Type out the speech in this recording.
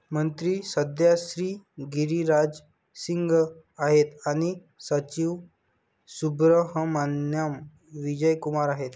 मंत्री सध्या श्री गिरिराज सिंग आहेत आणि सचिव सुब्रहमान्याम विजय कुमार आहेत